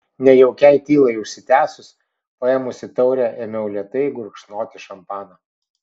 nejaukiai tylai užsitęsus paėmusi taurę ėmiau lėtai gurkšnoti šampaną